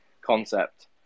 concept